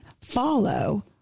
follow